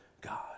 God